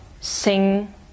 sing